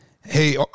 Hey